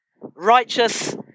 righteous